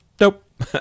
nope